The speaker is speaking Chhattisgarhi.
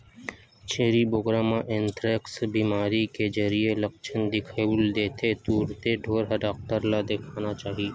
छेरी बोकरा म एंथ्रेक्स बेमारी के जइसे लक्छन दिखउल देथे तुरते ढ़ोर डॉक्टर ल देखाना चाही